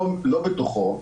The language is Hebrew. לא בתוכו,